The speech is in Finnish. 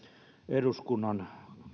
eduskunnan